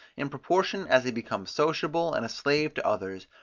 in proportion as he becomes sociable and a slave to others,